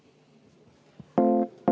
Kõik,